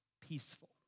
peaceful